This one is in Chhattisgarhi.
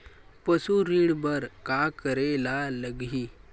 पशु ऋण बर का करे ला लगही?